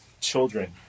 children